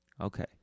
Okay